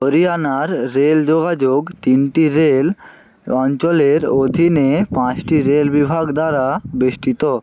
হরিয়ানার রেল যোগাযোগ তিনটি রেল অঞ্চলের অধীনে পাঁচটি রেল বিভাগ দ্বারা বেষ্টিত